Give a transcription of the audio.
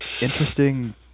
interesting